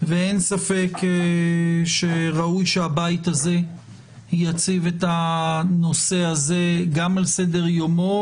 ואין ספק שראוי שהבית הזה יציב את הנושא הזה גם על סדר יומו